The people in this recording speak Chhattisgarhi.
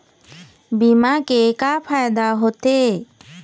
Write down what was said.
बीमा के का फायदा होते?